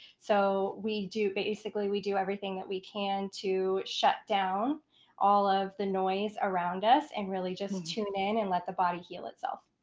so we do basically, we do everything that we can to shut down all of the noise around us and really just tune in and let the body heal itself.